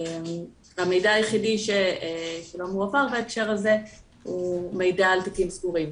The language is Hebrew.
והמידע היחיד שלא מועבר בהקשר הזה הוא מידע על תיקים סגורים,